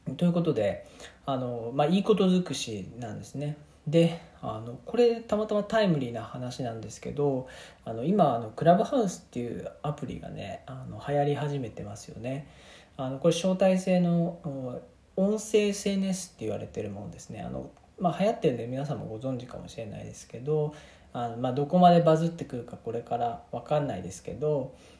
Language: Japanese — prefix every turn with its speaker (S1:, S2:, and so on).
S1: ということで、あの、まあ、いいことづくしなんですね。で、あの、これたまたまタイムリーな話なんですけど、あの、今、あの、クラブハウスっていうアプリがね、あの、流行り始めてますよね。あの、これ、招待制の、うん、音声SNSって言われてるもんですね。あの、まあ、流行ってるんで皆さんもご存知かもしれないですけど、あの、まあ、どこまでバズってくるかこれからわかんないですけど、